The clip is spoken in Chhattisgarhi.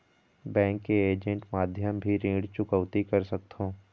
बैंक के ऐजेंट माध्यम भी ऋण चुकौती कर सकथों?